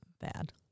bad